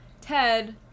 Ted